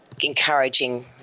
encouraging